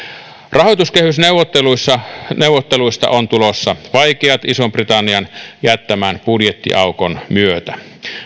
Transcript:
rahoituskehysneuvotteluista on tulossa vaikeat ison britannian jättämän budjettiaukon myötä